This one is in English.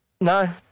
No